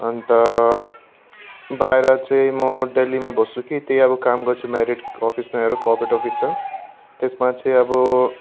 अन्त बाहिर चाहिँ म दिल्लीमा बस्छु कि त्यहीँ अब काम गर्छु मेरिटको अफिसमा एउटा कर्परेट अफिस छ त्यसमा चाहिँ अब